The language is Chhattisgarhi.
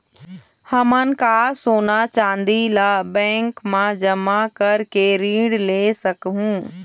हमन का सोना चांदी ला बैंक मा जमा करके ऋण ले सकहूं?